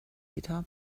guitar